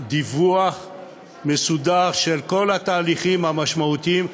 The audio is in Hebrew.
דיווח מסודר על כל התהליכים המשמעותיים,